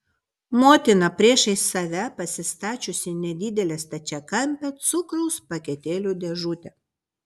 motina priešais save pasistačiusi nedidelę stačiakampę cukraus paketėlių dėžutę